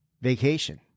vacation